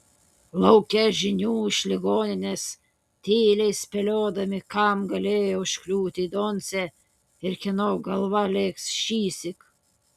laukė žinių iš ligoninės tyliai spėliodami kam galėjo užkliūti doncė ir kieno galva lėks šįsyk